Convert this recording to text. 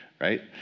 Right